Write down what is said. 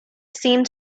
seemed